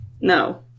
No